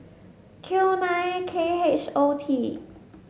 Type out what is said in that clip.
Q nine K H O T